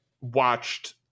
watched